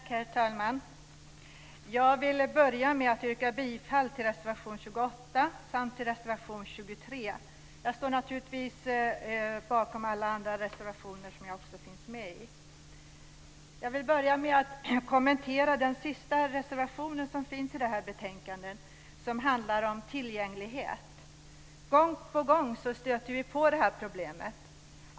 Herr talman! Jag vill börja med att yrka bifall till reservation 28 samt till reservation 23. Jag står naturligtvis bakom alla andra reservationer där jag finns med. Låt mig börja med att kommentera den sista reservationen i detta betänkande och som handlar om tillgänglighet. Gång på gång stöter vi på det här problemet.